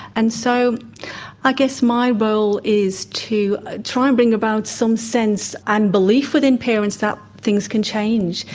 and so i guess my role is to try and bring about some sense and belief within parents that things can change.